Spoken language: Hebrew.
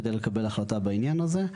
כדי לקבל החלטה בעניין הזה.